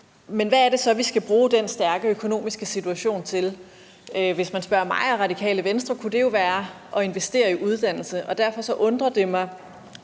Man hvad er det så, vi skal bruge den stærke økonomiske situation til? Hvis man spørger mig og Radikale Venstre kunne det jo være at investere i uddannelse. Derfor undrer det greb,